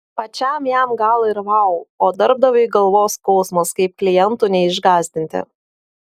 pačiam jam gal ir vau o darbdaviui galvos skausmas kaip klientų neišgąsdinti